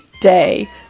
day